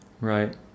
Right